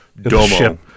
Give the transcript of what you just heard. Domo